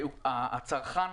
הצרכן,